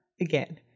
again